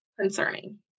Concerning